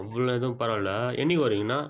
அவ்வளோ எதுவும் பரவாயில்ல என்றைக்கி வரீங்கண்ணா